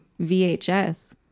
VHS